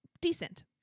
decent